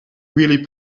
really